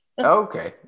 Okay